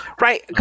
Right